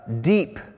deep